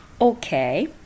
Okay